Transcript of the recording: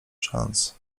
szans